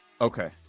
okay